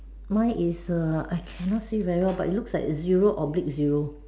mine is A I cannot see very but it looks like zero oblige zero